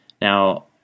Now